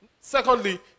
secondly